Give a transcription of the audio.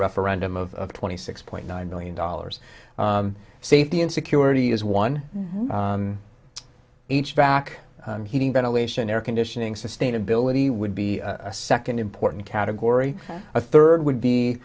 referendum of twenty six point nine million dollars safety and security is one each back heating ventilation air conditioning sustainability would be a second important category a third would